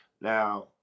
Now